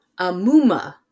Amuma